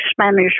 Spanish